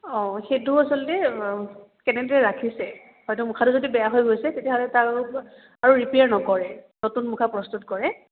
অঁ সেইটো আচলতে কেনেদৰে ৰাখিছে হয়তো মুখাটো যদি বেয়া হৈ গৈছে তেতিয়াহ'লে তাৰ আৰু ৰিপেয়াৰ নকৰে নতুন মুখা প্ৰস্তুত কৰে